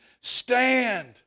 stand